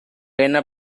என்ன